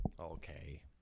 Okay